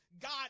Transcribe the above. God